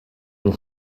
and